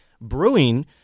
brewing